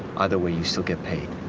either way you still get paid.